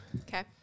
Okay